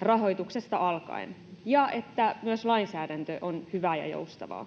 rahoituksesta alkaen ja että myös lainsäädäntö on hyvää ja joustavaa.